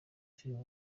filime